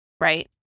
right